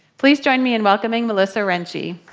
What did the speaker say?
please join me in welcoming melissa wrenchey.